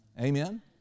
Amen